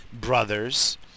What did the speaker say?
brothers